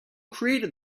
created